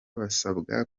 basabwa